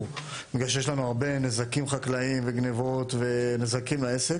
מכיוון שיש לנו הרבה נזקים חקלאיים וגנבות בעסק.